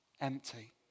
empty